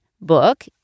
book